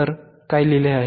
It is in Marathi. तर काय लिहिले आहे